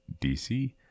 DC